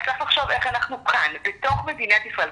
אז צריך לחשוב איך אנחנו כאן בתוך מדינת ישראל,